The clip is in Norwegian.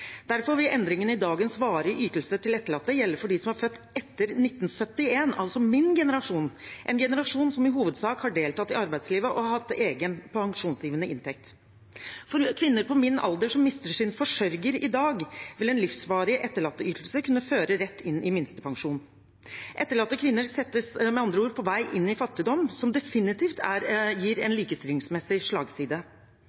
Derfor vil endringene i dagens varige ytelser til etterlatte gjelde for dem som er født etter 1971, altså min generasjon, en generasjon som i hovedsak har deltatt i arbeidslivet og hatt egen pensjonsgivende inntekt. For kvinner på min alder som mister sin forsørger i dag, vil en livsvarig etterlatteytelse kunne føre rett inn i minstepensjon. Etterlatte kvinner føres med andre ord på vei inn i fattigdom, noe som definitivt gir en likestillingsmessig slagside. Derfor er det på sikt bedre og gir